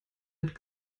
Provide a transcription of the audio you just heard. mit